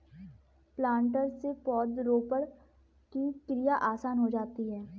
planter से पौधरोपण की क्रिया आसान हो जाती है